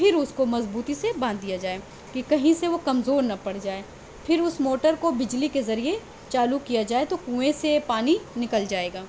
پھر اس کو مضبوطی سے باندھ دیا جائے کہ کہیں سے وہ کمزور نہ پڑ جائے پھر اس موٹر کو بجلی کے ذریعہ چالو کیا جائے تو کنویں سے پانی نکل جائے گا